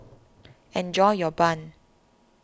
enjoy your Bun